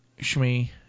Shmi